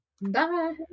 Bye